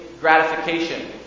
gratification